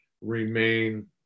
remain